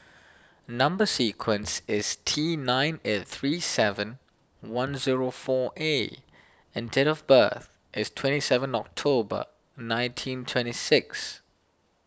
Number Sequence is T nine eight three seven one zero four A and date of birth is twenty seven October nineteen twenty six